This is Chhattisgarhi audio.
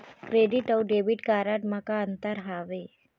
क्रेडिट अऊ डेबिट कारड म का अंतर हावे?